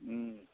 उम